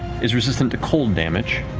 is resistant to cold damage.